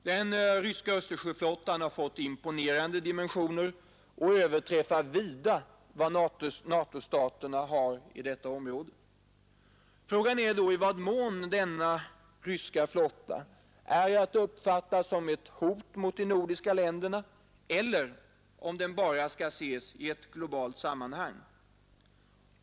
Den ryska Östersjöflottan har fått imponerande dimensioner och överträffar vida vad NATO-staterna har i området. Frågan är i vad mån denna ryska flotta är att uppfatta som ett hot mot de nordiska länderna eller om den bara skall ses i ett globalt sammanhang.